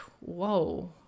whoa